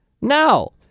No